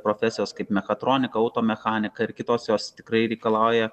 profesijos kaip mechatronika automechanika ir kitos jos tikrai reikalauja